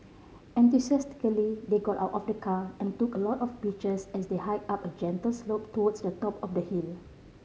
enthusiastically they got out of the car and took a lot of pictures as they hike up a gentle slope towards the top of the hill